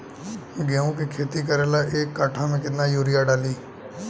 गेहूं के खेती करे ला एक काठा में केतना युरीयाँ डाली?